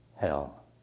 Hell